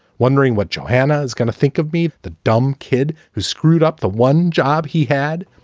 wondering what johanna is gonna think of me. the dumb kid who screwed up the one job he had.